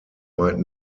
might